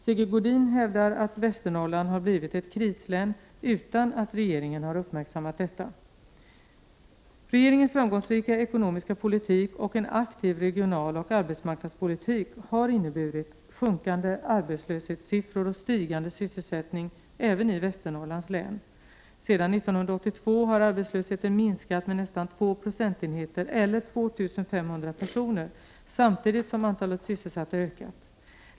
Sigge Godin hävdar att Västernorrland har blivit ett krislän utan att regeringen har uppmärksammat detta. Regeringens framgångsrika ekonomiska politik och en aktiv regionaloch arbetsmarknadspolitik har inneburit sjunkande arbetslöshetssiffror och stigande sysselsättning även i Västernorrlands län. Sedan 1982 har arbetslösheten minskat med nästan två procentenheter eller 2 500 personer, samtidigt som antalet sysselsatta ökat.